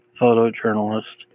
photojournalist